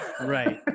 Right